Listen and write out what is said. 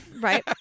Right